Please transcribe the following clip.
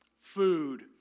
food